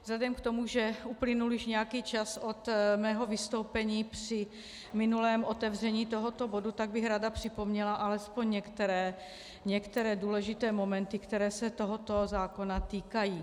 Vzhledem k tomu, že uplynul již nějaký čas od mého vystoupení při minulém otevření tohoto bodu, tak bych ráda připomněla alespoň některé důležité momenty, které se tohoto zákona týkají.